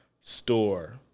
store